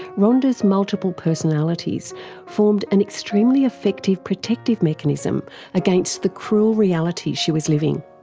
rhonda's multiple personalities formed an extremely effective protective mechanism against the cruel reality she was living.